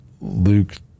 Luke